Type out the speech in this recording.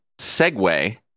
Segway